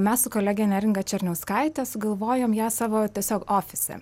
mes su kolege neringa černiauskaite sugalvojom ją savo tiesiog ofise